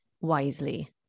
wisely